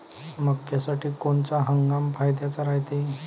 मक्क्यासाठी कोनचा हंगाम फायद्याचा रायते?